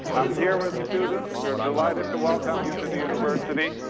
i'm here with students. we are delighted to welcome you to the university.